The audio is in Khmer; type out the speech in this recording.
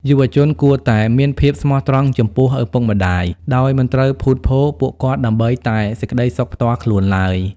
យុវជនគួរតែ "មានភាពស្មោះត្រង់ចំពោះឪពុកម្ដាយ" ដោយមិនត្រូវភូតភរពួកគាត់ដើម្បីតែសេចក្ដីសុខផ្ទាល់ខ្លួនឡើយ។